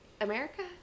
America